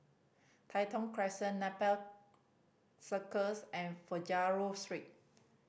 Tai Thong Crescent Nepal Circus and Figaro Street